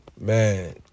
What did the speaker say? man